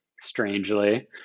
strangely